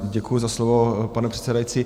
Děkuji za slovo, pane předsedající.